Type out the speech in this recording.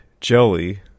Jelly